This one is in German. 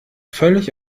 völlig